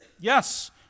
Yes